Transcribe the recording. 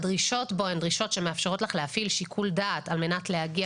הדרישות בו הן דרישות שמאפשרות לך להפעיל שיקול דעת על מנת להגיע